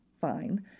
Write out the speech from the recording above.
fine